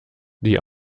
die